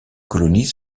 colonies